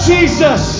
Jesus